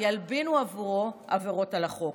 וילבינו עבורו עבירות על החוק.